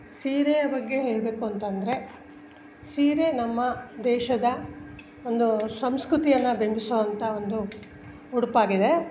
ಸೀರೆಯ ಬಗ್ಗೆ ಹೇಳಬೇಕು ಅಂತ ಅಂದ್ರೆ ಸೀರೆ ನಮ್ಮ ದೇಶದ ಒಂದೂ ಸಂಸ್ಕೃತಿಯನ್ನ ಬಿಂಬಿಸುವಂಥ ಒಂದು ಉಡುಪಾಗಿದೆ